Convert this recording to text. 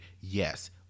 yes